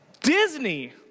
Disney